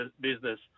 business